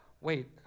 wait